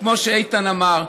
כמו שאיתן אמר,